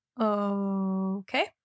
Okay